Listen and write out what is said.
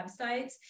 websites